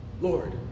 Lord